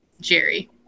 Jerry